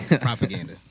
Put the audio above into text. Propaganda